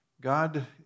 God